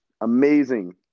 amazing